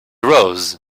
rose